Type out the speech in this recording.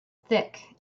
thick